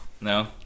No